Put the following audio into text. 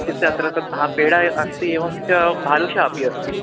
इत्युक्ते अत्र तत् हा पेढा अस्ति एवं च भालुषा अपि अस्ति